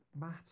matter